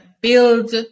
build